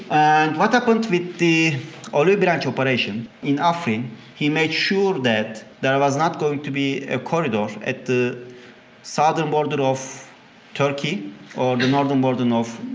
and what happened with the olive branch operation? in afrin he made sure that there was not going to be a corridor at the southern border of turkey or the northern border of